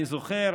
אני זוכר